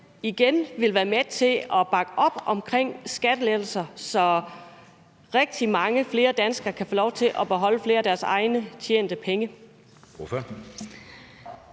igen vil være med til at bakke op omkring skattelettelser, så rigtig mange flere danskere kan få lov til at beholde flere af deres egne tjente penge.